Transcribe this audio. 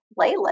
playlist